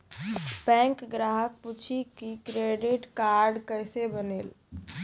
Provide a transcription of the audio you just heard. Bank ग्राहक पुछी की क्रेडिट कार्ड केसे बनेल?